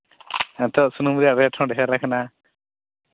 ᱦᱮᱸ ᱛᱚ ᱥᱩᱱᱩᱢ ᱨᱮᱭᱟᱜ ᱨᱮᱹᱴ ᱦᱚᱸ ᱰᱷᱮᱨ ᱠᱟᱱᱟ